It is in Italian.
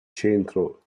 centro